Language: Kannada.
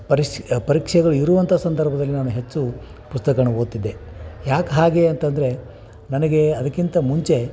ಪರಿಶ್ಶಿ ಪರೀಕ್ಷೆಗಳು ಇರುವಂಥ ಸಂದರ್ಭದಲ್ಲಿ ನಾನು ಹೆಚ್ಚು ಪುಸ್ತಕಗಳ್ನ ಓದ್ತಿದ್ದೆ ಯಾಕೆ ಹಾಗೆ ಅಂತಂದರೆ ನನಗೆ ಅದಕ್ಕಿಂತ ಮುಂಚೆ